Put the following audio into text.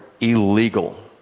illegal